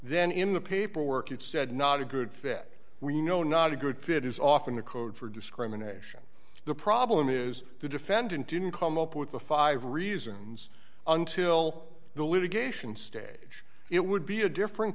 then in the paperwork it said not a good fit we know not a good fit is often the code for discrimination the problem is the defendant didn't come up with the five reasons until the litigation stage it would be a different